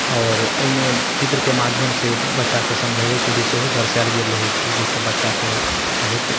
आओर एहिमे चित्रके माध्यम से बच्चाके समझबैके लिए सेहो दर्शायल गेल रहैत छै जाहिसे बच्चाके बहुत